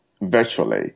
virtually